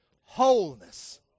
wholeness